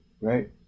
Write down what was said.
Right